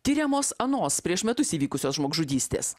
tiriamos anos prieš metus įvykusios žmogžudystės